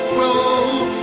road